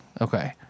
Okay